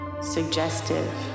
suggestive